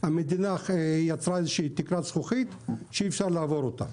המדינה יצרה איזושהי תקרת זכוכית שאי אפשר לעבור אותה.